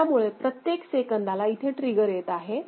त्यामुळे प्रत्येक सेकंदाला इथे ट्रिगर येत आहे